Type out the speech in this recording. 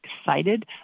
excited